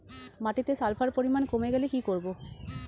মাটিতে সালফার পরিমাণ কমে গেলে কি করব?